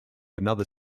another